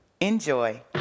enjoy